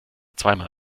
zweimal